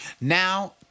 Now